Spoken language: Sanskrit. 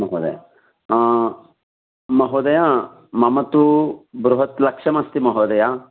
महोदय महोदय मम तु बृहत् लक्ष्यमस्ति महोदय